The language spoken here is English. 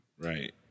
Right